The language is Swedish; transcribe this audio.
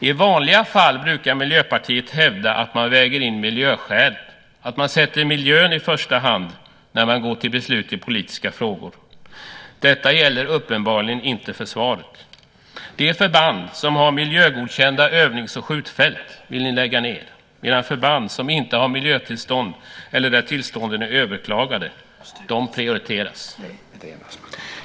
I vanliga fall brukar Miljöpartiet hävda att man väger in miljöskäl och att man ser till miljön i första hand när man går till beslut i politiska frågor. Detta gäller uppenbarligen inte försvaret. De förband som har miljögodkända övnings och skjutfält vill ni lägga ned, medan förband som inte har miljötillstånd, eller där tillstånden är överklagade, prioriteras.